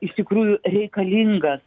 iš tikrųjų reikalingas